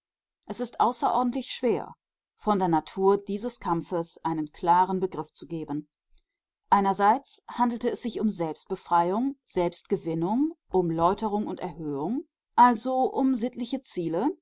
es ist außerordentlich schwer von der natur dieses kampfes einen klaren begriff zu geben einerseits handelte es sich um selbstbefreiung selbstgewinnung um läuterung und erhöhung also um sittliche ziele